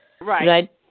Right